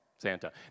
Santa